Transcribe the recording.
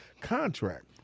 contract